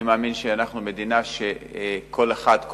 אני מאמין שאנחנו מדינה שבה האינטרנט,